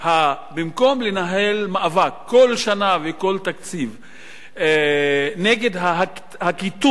במקום לנהל מאבק כל שנה וכל תקציב נגד הקיטון,